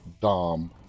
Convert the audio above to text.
Dom